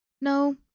No